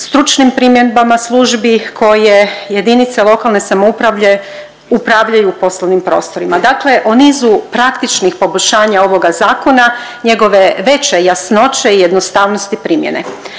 stručnim primjedbama službi koje jedinice lokalne samouprave upravljaju poslovnim prostorima. Dakle, o nizu praktičnih poboljšanja ovoga zakona, njegove veće jasnoće i jednostavnosti primjene.